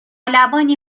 لبانی